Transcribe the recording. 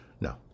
No